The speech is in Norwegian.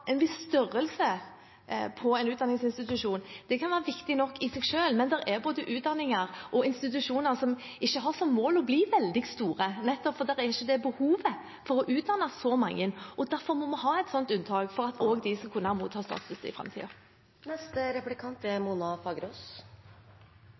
institusjoner som ikke har som mål å bli veldig store, nettopp fordi det ikke er behov for å utdanne så mange. Derfor må vi ha et slikt unntak – for at også de skal kunne motta statsstøtte i